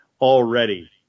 already